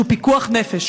שהוא פיקוח נפש,